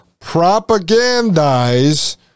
propagandize